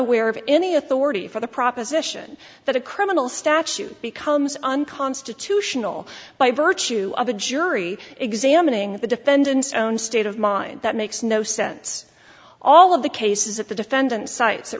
aware of any authority for the proposition that a criminal statute becomes unconstitutional by virtue of a jury examining the defendant's own state of mind that makes no sense all of the cases of the defendant sites that